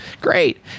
Great